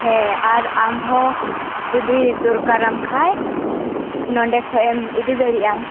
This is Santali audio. ᱦᱮᱸ ᱟᱨ ᱟᱢ ᱦᱚᱸ ᱡᱩᱫᱤ ᱫᱚᱨᱠᱟᱨᱟᱢ ᱠᱷᱟᱱ ᱱᱚᱸᱰᱮ ᱠᱷᱚᱱᱮᱢ ᱤᱫᱤ ᱫᱟᱲᱮᱜ ᱟᱢ